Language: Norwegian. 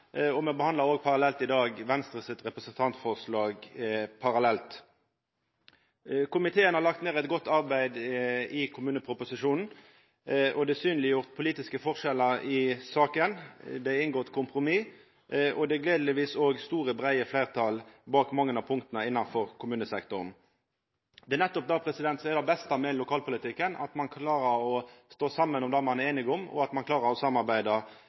kommunereforma. Me behandlar òg parallelt i dag Venstre sitt representantforslag. Komiteen har lagt ned eit godt arbeid i kommuneproposisjonen, og politiske forskjellar i saka er synleggjorde. Det er inngått kompromiss, og det er gledeleg at det òg er store og breie fleirtal bak mange av punkta innanfor kommunesektoren. Det er nettopp det som er det beste med lokalpolitikken – at ein klarar å stå saman om det ein er einige om, og at ein klarar å